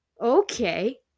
Okay